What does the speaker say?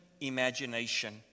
imagination